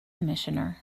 commissioner